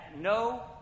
no